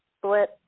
split